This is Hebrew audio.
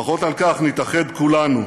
לפחות על כך נתאחד כולנו,